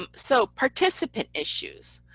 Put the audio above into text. um so participant issues,